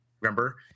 remember